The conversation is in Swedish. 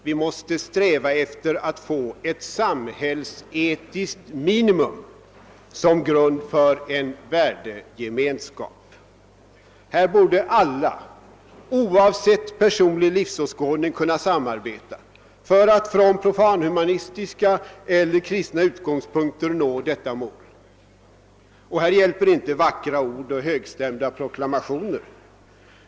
Vi måste sträva efter att få ett samhällsetiskt minimum som grund för en värdegemenskap. Här borde alla, oavsett personlig livsåskådning, kunna samarbeta för att från profanhumanistiska eller kristna utgångspunkter nå detta mål. Här hjälper inte vackra ord och högstämda proklamationer.